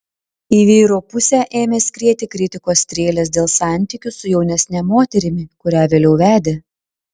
į vyro pusę ėmė skrieti kritikos strėlės dėl santykių su jaunesne moterimi kurią vėliau vedė